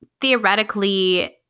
theoretically